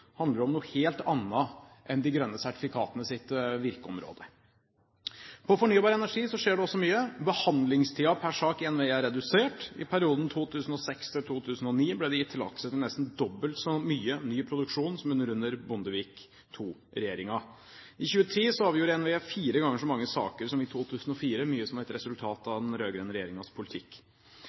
handler om noe helt annet enn de grønne sertifikatenes virkeområde. På fornybar energi skjer det også mye. Behandlingstiden per sak i NVE er redusert. I perioden 2006 til 2009 ble det gitt tillatelser til nesten dobbelt så mye ny produksjon som under Bondevik II-regjeringen. I 2010 avgjorde NVE fire ganger så mange saker som i 2004 – mye som et resultat av den rød-grønne regjeringens politikk.